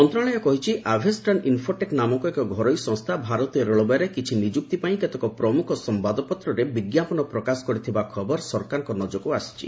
ମନ୍ତ୍ରଣାଳୟ କହିଛି ଆଭେଷ୍ଟ୍ରାନ୍ ଇନ୍ଫୋଟେକ୍ ନାମକ ଏକ ଘରୋଇ ସଂସ୍ଥା ଭାରତୀୟ ରେଳବାଇରେ କିଛି ନିଯୁକ୍ତି ପାଇଁ କେତେକ ପ୍ରମୁଖ ସମ୍ଭାଦପତ୍ରରେ ବିଜ୍ଞାପନ ପ୍ରକାଶ କରିଥିବା ଖବର ତାଙ୍କ ନଜରକୁ ଆସିଛି